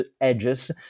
edges